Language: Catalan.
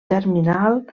terminal